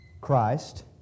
Christ